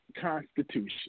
constitution